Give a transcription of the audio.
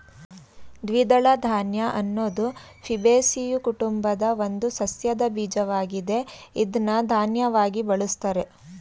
ದ್ವಿದಳ ಧಾನ್ಯ ಅನ್ನೋದು ಫ್ಯಾಬೇಸಿಯೊ ಕುಟುಂಬದ ಒಂದು ಸಸ್ಯದ ಬೀಜವಾಗಿದೆ ಇದ್ನ ಧಾನ್ಯವಾಗಿ ಬಳುಸ್ತಾರೆ